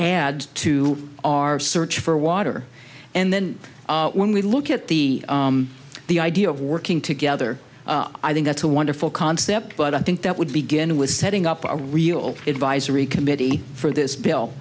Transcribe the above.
add to our search for water and then when we look at the the idea of working together i think that's a wonderful concept but i think that would begin with setting up a real advisory committee for this bill